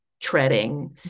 treading